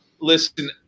Listen –